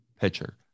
pitcher